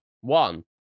One